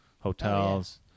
hotels